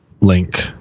link